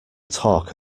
talk